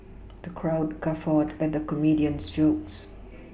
the crowd guffawed at the comedian's jokes